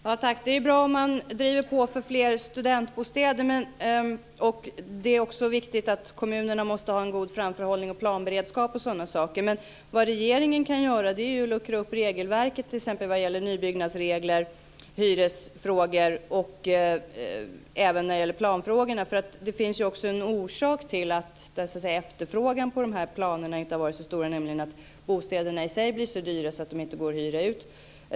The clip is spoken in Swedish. Fru talman! Det är bra att man driver på för fler studentbostäder. Det är också viktigt att kommunerna har en god framförhållning och planberedskap. Men en sak som regeringen kan göra är ju att luckra upp regelverket t.ex. när det gäller nybyggnadsregler, hyresfrågor och planfrågor. Det finns ju också en orsak till att efterfrågan på de här planerna inte har varit så stor, nämligen att bostäderna i sig blir så dyra att de inte går att hyra ut.